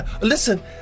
listen